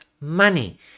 money